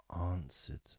answered